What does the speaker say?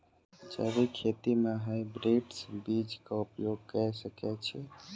जैविक खेती म हायब्रिडस बीज कऽ उपयोग कऽ सकैय छी?